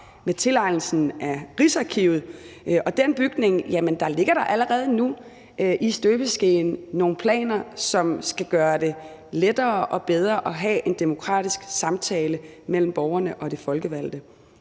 med tilegnelsen af Rigsarkivet og den bygning. Jamen der ligger da allerede nu i støbeskeen nogle planer, som skal gøre det bedre og lettere at have en demokratisk samtale mellem borgerne og de folkevalgte.